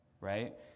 right